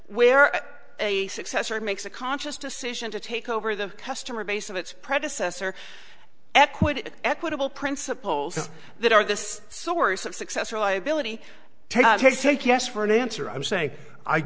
where a successor makes a conscious decision to take over the customer base of its predecessor equity equitable principles that are this source of success or liability to take yes for an answer i'm saying i